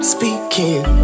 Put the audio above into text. Speaking